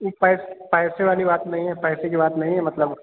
नी पाइ पाइसे वाली बात नहीं हैं पैसे की बात नहीं है मतलब